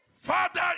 Father